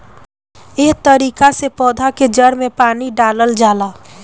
एहे तरिका से पौधा के जड़ में पानी डालल जाला